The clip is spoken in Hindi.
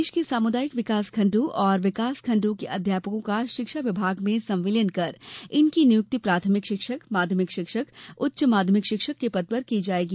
प्रदेश के सामुदायिक विकासखण्डों और विकासखण्डों के अध्यापकों का शिक्षा विभाग में संविलियन कर इनकी नियुक्ति प्राथमिक शिक्षक माध्यमिक शिक्षक उच्च माध्यमिक शिक्षक के पद पर की जाएगी